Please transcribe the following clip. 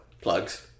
plugs